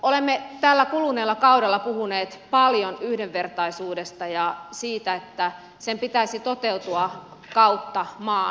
olemme täällä kuluneella kaudella puhuneet paljon yhdenvertaisuudesta ja siitä että sen pitäisi toteutua kautta maan